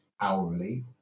hourly